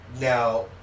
Now